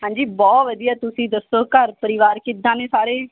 ਹਾਂਜੀ ਬਹੁਤ ਵਧੀਆ ਤੁਸੀਂ ਦੱਸੋ ਘਰ ਪਰਿਵਾਰ ਕਿੱਦਾਂ ਨੇ ਸਾਰੇ